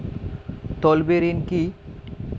তলবি ঋন কি?